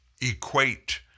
equate